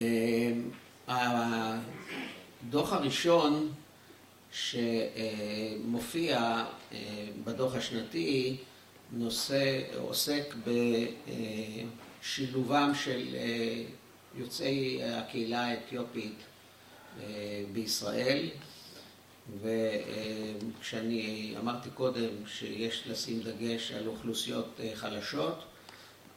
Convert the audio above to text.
‫הדו"ח הראשון שמופיע בדו"ח השנתי ‫עוסק בשילובם של יוצאי ‫הקהילה האתיופית בישראל, ‫וכשאני אמרתי קודם ‫שיש לשים דגש על אוכלוסיות חלשות,